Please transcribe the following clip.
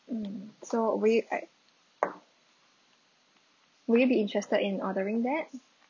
mm so we would you act~ would you be interested in ordering that